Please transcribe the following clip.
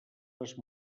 les